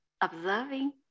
observing